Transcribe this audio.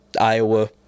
Iowa